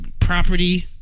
Property